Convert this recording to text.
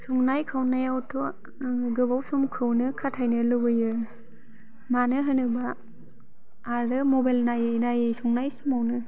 संनाय खावनायावथ' गोबाव समखौनो खाथायनो लुबैयो मानो होनोबा आरो मबाइल नायै नायै संनाय समावनो